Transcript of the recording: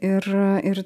ir ir